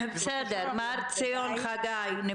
מר ציון חגי.